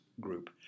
group